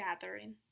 gathering